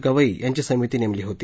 गवई यांची समिती नेमली होती